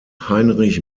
heinrich